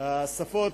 השפות),